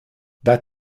that